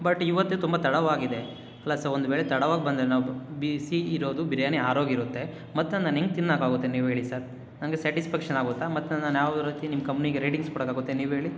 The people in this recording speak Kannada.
ಬಟ್ ಇವತ್ತೇ ತುಂಬ ತಡವಾಗಿದೆ ಪ್ಲಸ್ ಒಂದು ವೇಳೆ ತಡವಾಗಿ ಬಂದರೆ ನಾವು ಬಿಸಿ ಇರೋದು ಬಿರಿಯಾನಿ ಆರೋಗಿರುತ್ತೆ ಮತ್ತು ನಾನು ಹೆಂಗೆ ತಿನ್ನೋಕೆ ಆಗುತ್ತೆ ನೀವು ಹೇಳಿ ಸರ್ ನನಗೆ ಸ್ಯಾಟಿಸ್ಫ್ಯಾಕ್ಷನ್ ಆಗುತ್ತಾ ಮತ್ತು ನಾನು ಯಾವಾಗಾದ್ರೂ ನಿಮ್ಮ ಕಂಪ್ನಿಗೆ ರೇಟಿಂಗ್ಸ್ ಕೊಡೋಕೆ ಆಗುತ್ತೆ ನೀವು ಹೇಳಿ